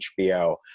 HBO